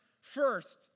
first